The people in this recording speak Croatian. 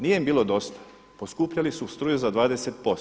Nije im bilo dosta, poskupljivali su struju za 20%